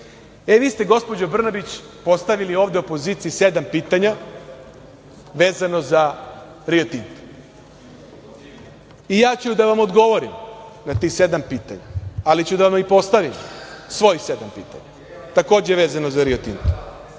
ste, gospođo Brnabić, postavili ovde opoziciji sedam pitanja vezano za „Rio Tinto“ i ja ću da vam odgovorim na tih sedam pitanja, ali ću da vam postavim svojih sedam pitanja, a takođe vezano za „Rio